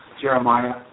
Jeremiah